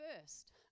first